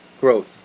growth